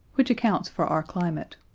which accounts for our climate.